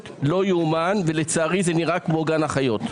לא יאומן ולצערי זה נראה כמו גן חיות.